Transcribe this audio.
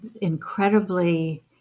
incredibly